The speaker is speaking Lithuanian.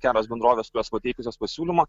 kelios bendrovės kurios pateikusios pasiūlymą